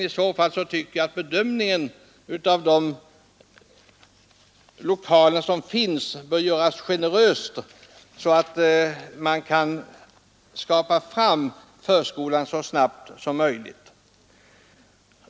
I så fall tycker jag att det bör bli en generös bedömning av de lokaler som finns, så att förskolan kan skapas fram så snabbt som möjligt.